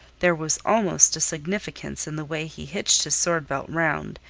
there was almost a significance in the way he hitched his sword-belt round,